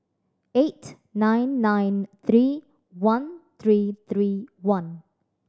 eight nine nine three one three three one